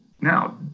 Now